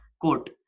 quote